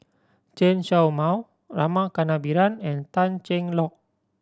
Chen Show Mao Rama Kannabiran and Tan Cheng Lock